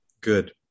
Good